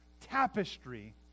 tapestry